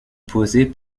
poser